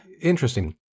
Interesting